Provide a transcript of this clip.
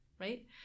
right